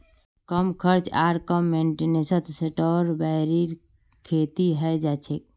कम खर्च आर कम मेंटेनेंसत स्ट्रॉबेरीर खेती हैं जाछेक